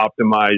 optimize